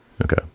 Okay